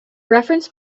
reference